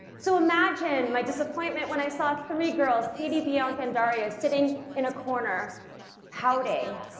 so imagine my disappointment when i saw three girls katie, bianca, and daria sitting in a corner pouting,